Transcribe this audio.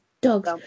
dogs